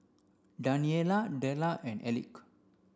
Daniella Della and Elick